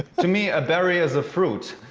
to me, a berry is a fruit.